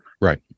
Right